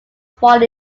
fall